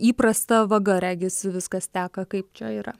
įprasta vaga regis viskas teka kaip čia yra